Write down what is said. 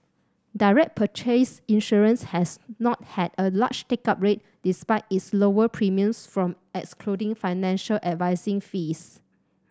direct purchase insurance has not had a large take up rate despite its lower premiums from excluding financial advising fees